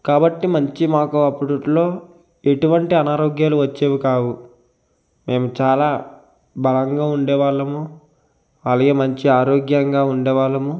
కాబట్టి మంచి మాకు అప్పట్లో ఎటువంటి అనారోగ్యాలు వచ్చేవి కావు మేము చాలా బాగా ఉండే వాళ్ళము అలాగే మంచి ఆరోగ్యంగా ఉండే వాళ్ళము